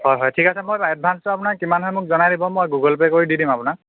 হয় হয় ঠিক আছে মই এডভাঞ্চটো আপোনাৰ কিমান হয় মোক জনাই দিব মই গুগল পে' কৰি দি দিম আপোনাক